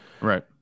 Right